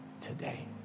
today